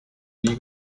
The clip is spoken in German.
nie